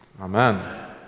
amen